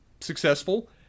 successful